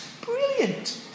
Brilliant